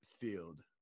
field